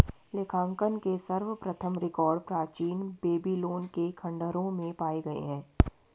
लेखांकन के सर्वप्रथम रिकॉर्ड प्राचीन बेबीलोन के खंडहरों में पाए गए हैं